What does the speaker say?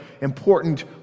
important